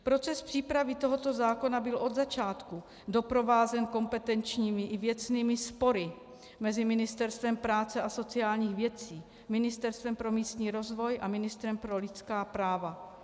Proces přípravy tohoto zákona byl od začátku doprovázen kompetenčními i věcnými spory mezi Ministerstvem práce a sociálních věcí, Ministerstvem pro místní rozvoj a ministrem pro lidská práva.